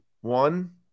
One